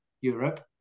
Europe